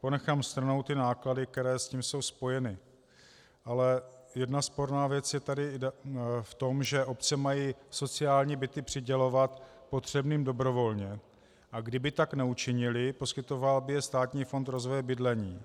Ponechám stranou ty náklady, které s tím jsou spojeny, ale jedna sporná věc je tady v tom, že obce mají sociální byty přidělovat potřebným dobrovolně, a kdyby tak neučinily, poskytoval by je Státní fond rozvoje bydlení.